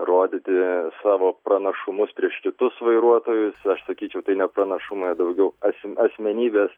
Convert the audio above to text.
rodyti savo pranašumus prieš kitus vairuotojus aš sakyčiau tai ne pranašumai o daugiau asm asmenybės